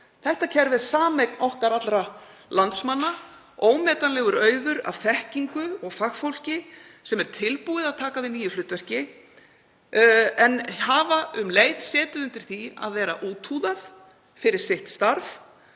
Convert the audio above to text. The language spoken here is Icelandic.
Þetta kerfi er sameign okkar allra landsmanna, ómetanlegur auður af þekkingu og fagfólki sem er tilbúið að taka við nýju hlutverki en hefur um leið setið undir því að vera úthúðað fyrir sitt starf